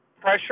pressure